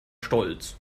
stolz